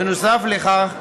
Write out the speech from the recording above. בנוסף לכך,